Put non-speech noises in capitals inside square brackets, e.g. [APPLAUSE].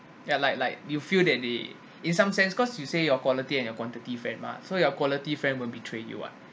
ya like like you feel that they [BREATH] in some sense cause you say your quality and quantity friend mah so your quality friend will betray you ah